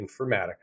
informatica